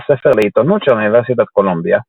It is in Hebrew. הספר לעיתונות של אוניברסיטת קולומביה.